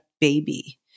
baby